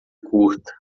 curta